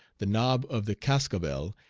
the nob of the cascabel,